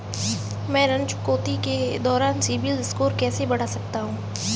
मैं ऋण चुकौती के दौरान सिबिल स्कोर कैसे बढ़ा सकता हूं?